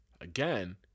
again